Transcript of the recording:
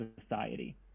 society